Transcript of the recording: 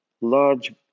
large